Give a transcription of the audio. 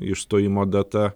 išstojimo data